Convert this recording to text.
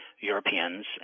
Europeans